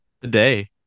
Today